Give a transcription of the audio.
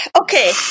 okay